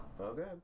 Okay